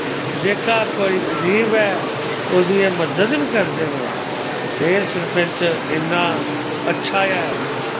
जेह्का कोई गरीब ऐ ओह्दी मदद बी करदे न एह् सरपैंच इन्ना अच्छा ऐ